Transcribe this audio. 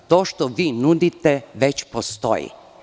To što vi nudite već postoji.